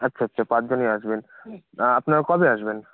আচ্ছা আচ্ছা পাঁচ জনই আসবেন আপনারা কবে আসবেন